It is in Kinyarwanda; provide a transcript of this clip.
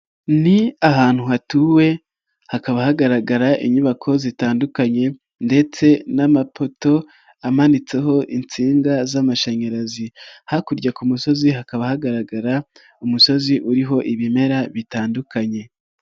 Ni ahantu hatuwe hakaba hagaragara inyubako zitandukanye ndetse n'amapoto amanitseho insinga z'amashanyarazi, hakurya ku musozi hakaba hagaragara umusozi uriho ibimera bitandukanye.